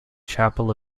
chapel